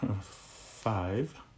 five